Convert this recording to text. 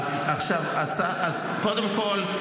קודם כול,